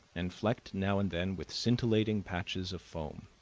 and flecked now and then with scintillating patches of foam.